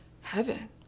heaven